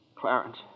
Clarence